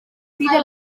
crida